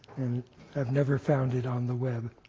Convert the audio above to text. and i've never found it on the web.